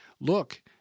look